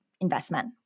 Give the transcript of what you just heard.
investment